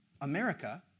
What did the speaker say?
America